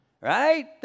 right